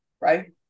right